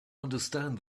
understand